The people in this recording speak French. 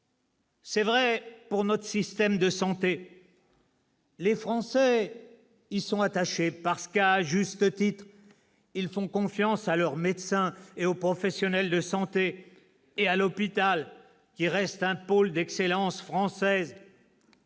C'est vrai pour notre système de santé. Les Français y sont attachés, parce que, à juste titre, ils font confiance à leur médecin et aux professionnels de santé, et à l'hôpital, qui reste un pôle d'excellence française.